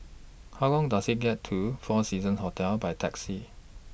How Long Does IT get to four Seasons Hotel By Taxi